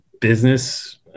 business